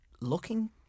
looking